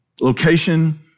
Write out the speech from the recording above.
Location